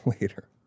later